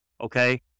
okay